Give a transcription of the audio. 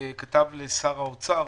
כתב לשר האוצר